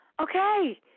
okay